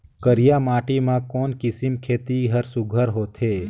करिया माटी मा कोन किसम खेती हर सुघ्घर होथे?